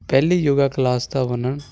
ਪਹਿਲੀ ਯੋਗਾ ਕਲਾਸ ਦਾ ਵਰਨਣ